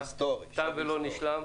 תודה רבה, תם ולא נשלם.